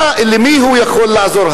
למי הוא יכול לעזור,